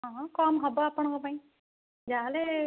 ଅ ହଁ କମ୍ ହେବ ଆପଣଙ୍କ ପାଇଁ ଯାହା ହେଲେ